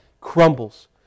crumbles